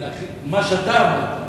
מה שאתה אמרת,